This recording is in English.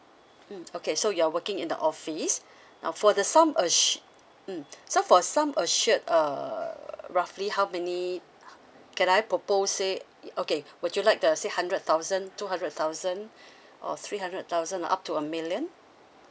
mm okay so you're working in the office uh for the sum assured mm so for sum assured err roughly how many can I propose say okay would you like to uh say hundred thousand two hundred thousand or three hundred thousand or up to a million